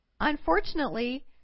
unfortunately